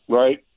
Right